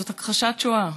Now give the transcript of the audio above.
זאת הכחשת שואה.